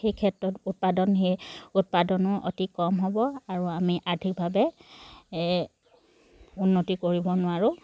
সেই ক্ষেত্ৰত উৎপাদন সেই উৎপাদনো অতি কম হ'ব আৰু আমি আৰ্থিকভাৱে উন্নতি কৰিব নোৱাৰোঁ